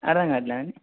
అరం కావట్లేదు అండి